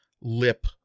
lip